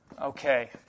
Okay